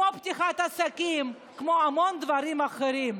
כמו פתיחת עסקים, כמו המון דברים אחרים.